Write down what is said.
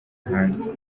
hanze